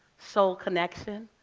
soul connection,